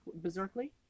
Berserkly